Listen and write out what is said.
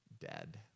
dead